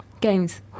Games